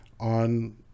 on